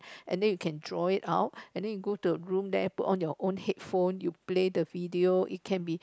and then you can draw it out and then you go to a room there put on your own headphone you play the video it can be